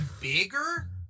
bigger